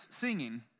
singing